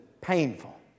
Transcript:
painful